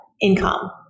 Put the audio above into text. income